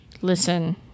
Listen